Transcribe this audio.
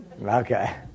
Okay